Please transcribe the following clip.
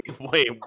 wait